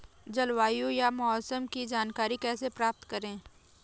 जलवायु या मौसम की जानकारी कैसे प्राप्त करें?